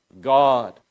God